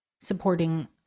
supporting